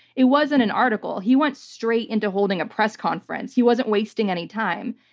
it wasn't an article. he went straight into holding a press conference. he wasn't wasting any time.